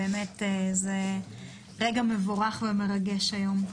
באמת זה רגע מבורך ומרגש היום.